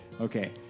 Okay